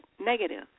negative